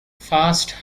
fast